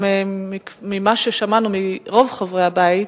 וממה ששמענו מרוב חברי הבית,